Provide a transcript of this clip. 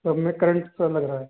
current सो लग रहा है